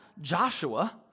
Joshua